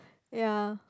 ya